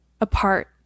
apart